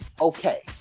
okay